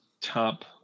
top